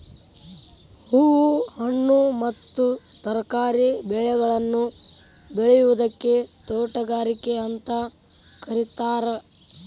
ಹೂ, ಹಣ್ಣು ಮತ್ತ ತರಕಾರಿ ಬೆಳೆಗಳನ್ನ ಬೆಳಿಯೋದಕ್ಕ ತೋಟಗಾರಿಕೆ ಅಂತ ಕರೇತಾರ